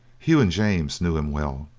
hugh and james knew him well.